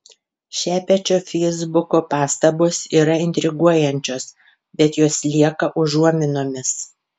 šepečio feisbuko pastabos yra intriguojančios bet jos lieka užuominomis